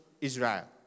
Israel